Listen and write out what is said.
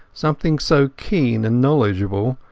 something so keen and knowledgeable,